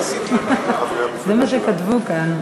זה מה שכתבו כאן.